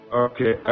okay